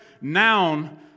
noun